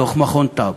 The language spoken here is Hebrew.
דוח טאוב,